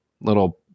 little